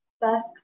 first